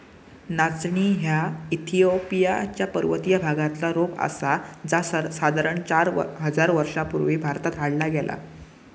नाचणी ह्या इथिओपिया च्या पर्वतीय भागातला रोप आसा जा साधारण चार हजार वर्षां पूर्वी भारतात हाडला गेला